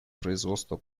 производства